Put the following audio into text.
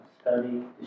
Study